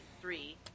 three